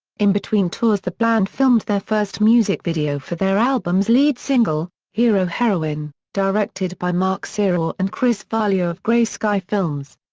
in between tours the band filmed their first music video for their album's lead single, hero heroine, directed by mark serao and chris vaglio of grey sky films.